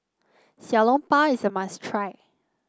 Xiao Long Bao is a must try